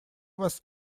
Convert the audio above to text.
was